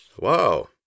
Wow